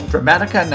Dramatica